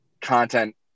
content